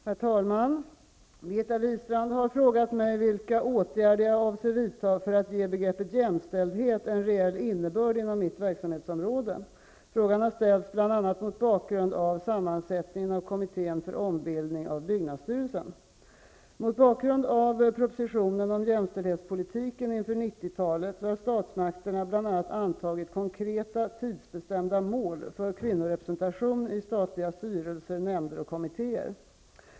Herr talman! Birgitta Wistrand har frågat mig vilka åtgärder jag avser vida för att ge begreppet jämställdhet en reell innebörd inom mitt verksamhetsområde. Frågan har ställts bl.a. mot bakgrund av sammansättningen av kommittén för ombildning av byggnadsstyrelsen. Mot bakgrund av propositionen om jämställdhetspolitiken inför 90-talet har statsmakterna bl.a. antagit konkreta, tidsbestämda mål för kvinnorepresentation i statliga styrelser, nämnder och kommittéer.